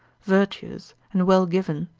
virtuous, and well given,